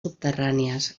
subterrànies